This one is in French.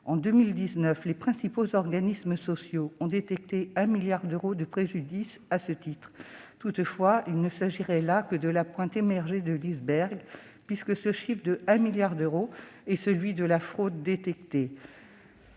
En 2019, les principaux organismes sociaux ont détecté un milliard d'euros de préjudices à ce titre. Toutefois, il ne s'agirait là que de la pointe émergée de l'iceberg, puisque ce chiffre d'un milliard d'euros est celui de la fraude détectée.